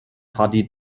party